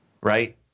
Right